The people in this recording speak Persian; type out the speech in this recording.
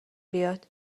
بیاد